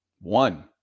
one